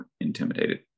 intimidated